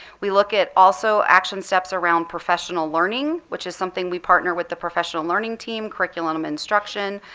we look at also action steps around professional learning, which is something we partner with the professional learning team, curriculum instruction,